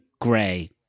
Gray